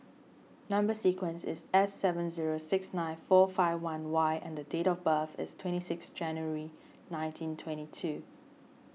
Number Sequence is S seven zero six nine four five one Y and date of birth is twenty six January nineteen twenty two